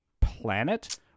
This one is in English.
planet